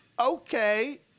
Okay